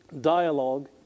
dialogue